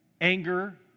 anger